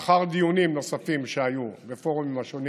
לאחר דיונים נוספים שהיו בפורומים השונים